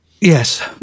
Yes